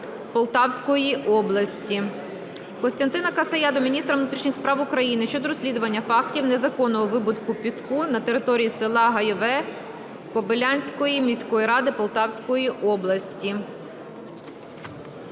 Полтавської області. Костянтина Касая до міністра внутрішніх справ України щодо розслідування фактів незаконного видобутку піску на території села Гайове, Кобеляцької міської ради Полтавської області.